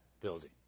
building